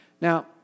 Now